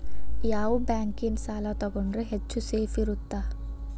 ಯಾವ ಬ್ಯಾಂಕಿನ ಸಾಲ ತಗೊಂಡ್ರೆ ಹೆಚ್ಚು ಸೇಫ್ ಇರುತ್ತಾ?